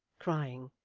crying,